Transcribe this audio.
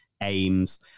aims